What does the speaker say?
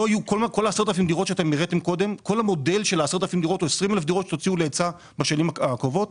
את כל המודל של 10,000 דירות או 20,000 דירות שתוציאו בשנים הקרובות